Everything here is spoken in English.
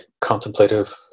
contemplative